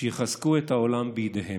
שיחזקו את העולם בידיהם,